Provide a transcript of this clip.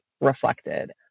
reflected